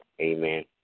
Amen